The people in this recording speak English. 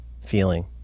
feeling